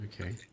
Okay